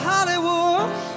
Hollywood